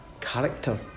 character